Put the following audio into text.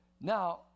Now